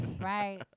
right